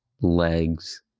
legs